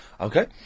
Okay